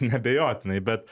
neabejotinai bet